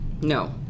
No